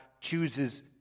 chooses